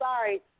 sorry